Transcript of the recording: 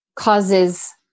causes